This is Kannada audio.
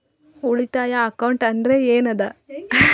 ಉಳಿತಾಯ ಅಕೌಂಟ್ ಅಂದ್ರೆ ಏನ್ ಅದ?